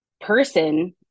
Person